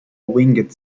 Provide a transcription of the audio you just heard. winged